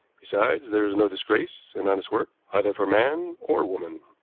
besides, there is no disgrace in honest work, either for man or woman.